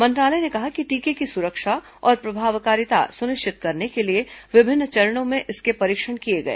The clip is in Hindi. मंत्रालय ने कहा कि टीके की सुरक्षा और प्रभावकारिता सुनिश्चित करने के लिए विभिन्न चरणों में इसके परीक्षण किये गए